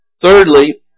Thirdly